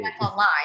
Online